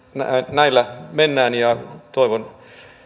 näillä mennään ja toivon